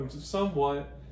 somewhat